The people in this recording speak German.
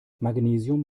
magnesium